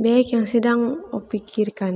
bek yang sedang oh pikirkan.